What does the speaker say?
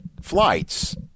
flights